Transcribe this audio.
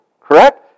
Correct